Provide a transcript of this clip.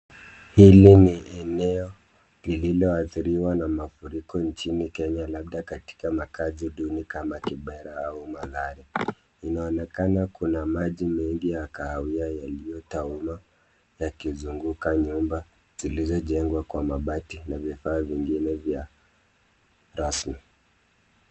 Hili ni eneo lililoathiriwa na mafuriko nchini Kenya labda katika makazi duni kama Kibera au Mathare. Inaonekana kuna maji mengi ya kahawia yaliyotuama yakizunguka nyumba zilizojengwa kwa mabati na vifaa vingine vya rasmi.